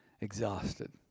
exhausted